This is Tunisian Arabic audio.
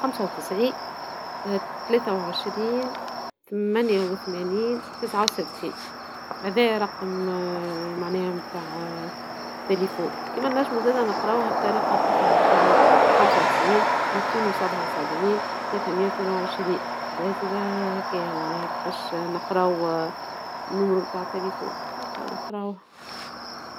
خمسة وتسعين ثلاثة وعشرين ثمانية وثمانين تسعة وستين هذايا رقم نتاع تيليفون كما نجموا زادة نقراوها بطريقة اخرى مثلا: خمسة وتسعين متين وسبعة وسبعين ، ثلاثة مية واثنين وعشرين هكايا كفاش نقراو نومرو نتاع تيليفون.